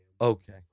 Okay